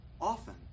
often